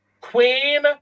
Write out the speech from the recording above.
Queen